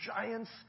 giants